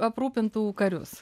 aprūpintų karius